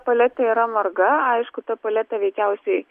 paletė yra marga aišku ta paletė veikiausiai